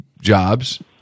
jobs